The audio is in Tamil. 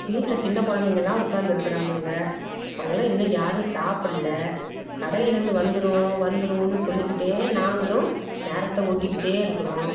வீட்டில் சின்ன குழந்தைங்களாம் உட்கார்ந்து இருக்கிறாகங்க அவங்களாம் இன்னும் யாரும் சாப்பிடல கடையிலேருந்து வந்துடும் வந்துடுன்னு சொல்லிக்கிட்டே நாங்களும் நேரத்தை ஓட்டிக்கிட்டே இருக்கிறோம்